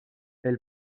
elle